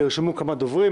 נרשמו כמה דוברים,